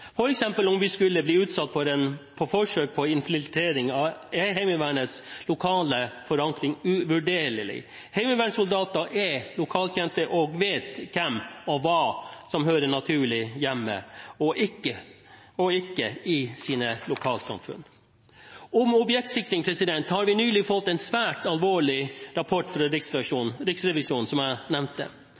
Om vi f.eks. skulle bli utsatt for forsøk på infiltrering, er Heimevernets lokale forankring uvurderlig. Heimevernssoldater er lokalkjente og vet hvem og hva som hører naturlig hjemme – og ikke – i sine lokalsamfunn. Når det gjelder objektsikring, har vi nylig fått en svært alvorlig rapport fra Riksrevisjonen, som jeg nevnte.